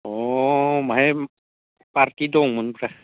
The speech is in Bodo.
अ बाहाय पारटि दंमोन र'